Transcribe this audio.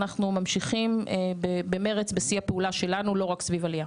אנחנו ממשיכים במרץ בשיא הפעולה שלנו לא רק סביב עלייה.